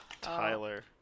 Tyler